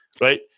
right